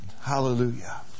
Hallelujah